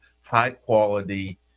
high-quality